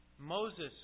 Moses